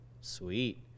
Sweet